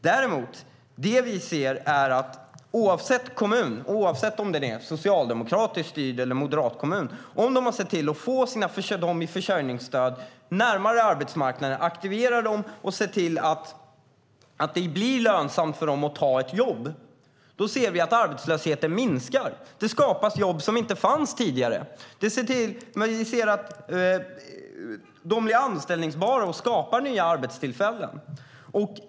Däremot ser vi att arbetslösheten minskar oavsett kommun - oavsett om den är socialdemokratiskt styrd eller en moderatkommun - om man har sett till att få dem som har försörjningsstöd närmare arbetsmarknaden, aktiverat dem och sett till att det blir lönsamt för dem att ta ett jobb. Då skapas jobb som inte fanns tidigare. Man ser till att folk blir anställningsbara, och man skapar nya arbetstillfällen.